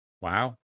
Wow